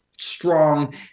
strong